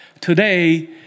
today